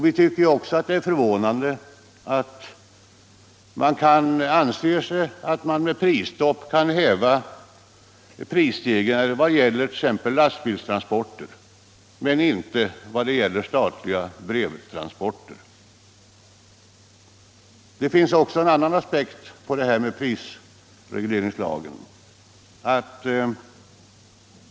Vi tycker att det är förvånande att man anser att man med prisstopp kan häva prisstegringar när det gäller t.ex. lastbilstransporter men inte när det gäller statliga brevtransporter. Det finns även en annan aspekt på prisregleringslagen.